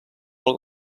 del